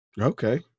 Okay